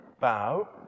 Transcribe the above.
bow